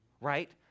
right